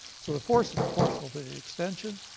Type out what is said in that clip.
so the force is proportional to the extension.